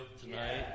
tonight